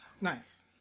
Nice